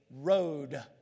road